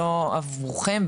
לא עבורכם,